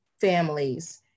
families